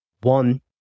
One